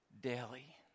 daily